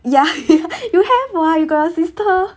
ya you have [what] you got your sister